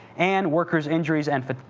and worker's injuries and